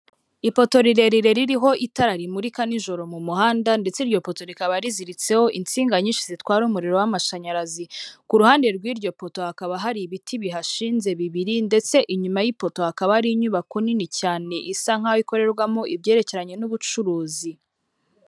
Ipoto rirerire ririho itara rimurika nijoro mu muhanda ndetse iryo poto rikaba riziritseho insinga nyinshi zitwara umuriro w'amashanyarazi, ku ruhande rw'iryo poto hakaba hari ibiti bihashinze bibiri ndetse inyuma y'ipoto hakaba ari inyubako nini cyane isa nk'aho ikorerwamo ibyerekeranye n'ubucuruzi.